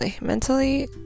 mentally